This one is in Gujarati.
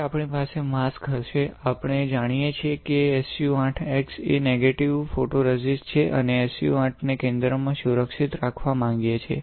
હવે આપણી પાસે માસ્ક હશે આપણે જાણીએ છીએ કે SU 8 X એ નેગેટિવ ફોટોરેઝિસ્ટ છે અને આપણે SU 8 ને કેન્દ્રમાં સુરક્ષિત રાખવા માંગીએ છીએ